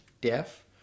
deaf